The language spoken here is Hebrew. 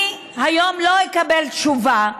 אני היום לא אקבל תשובה,